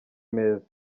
meza